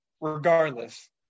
Regardless